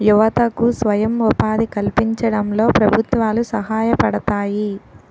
యువతకు స్వయం ఉపాధి కల్పించడంలో ప్రభుత్వాలు సహాయపడతాయి